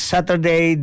Saturday